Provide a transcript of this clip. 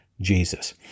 Jesus